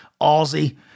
Aussie